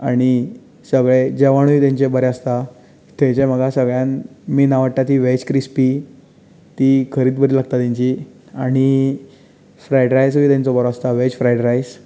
आनी सगळें जेवणूय तांचें बरें आसता थंय जें म्हाका सगळ्यांत मेन आवडटा ती वेज क्रिस्पी ती खरीच बरी लागता तांची आनी फ्रायड रायसूय तांचो बरो आसता वेज फ्रायड रायस